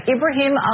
Ibrahim